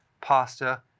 pasta